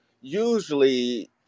usually